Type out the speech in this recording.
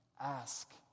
ask